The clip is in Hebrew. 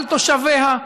על תושביה,